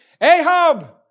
Ahab